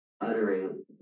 uttering